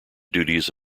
duties